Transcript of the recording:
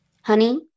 honey